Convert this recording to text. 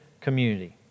community